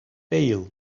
bail